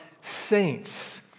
saints